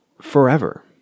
forever